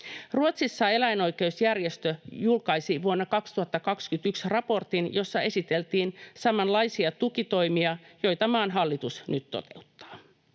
Ruotsissa eläinoikeusjärjestö julkaisi vuonna 2021 raportin, jossa esiteltiin samanlaisia tukitoimia, joita maan hallitus nyt toteuttaa.